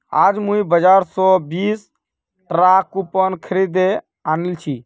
आज मुई बाजार स बीस टकार कूपन खरीदे आनिल छि